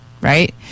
right